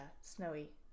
snowy